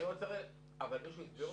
אבל מישהו הסביר אותה?